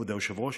כבוד היושב-ראש,